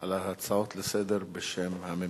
על ההצעות לסדר-היום בשם הממשלה.